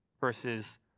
versus